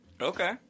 Okay